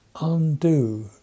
undo